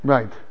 Right